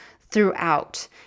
throughout